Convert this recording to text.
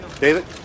david